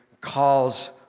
calls